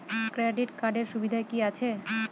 Credit কার্ডের সুবিধা কি আছে?